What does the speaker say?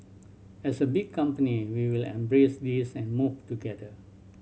as a big company we will embrace this and move together